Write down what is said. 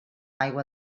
aigua